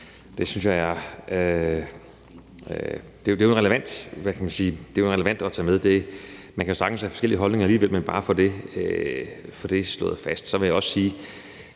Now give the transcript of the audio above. Det synes jeg er relevant at tage med. Man kan jo sagtens have forskellige holdninger alligevel, men det er bare for at få det slået fast. Så vil jeg også sige,